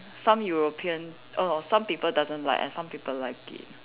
some European err some people doesn't like and some people like it